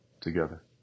together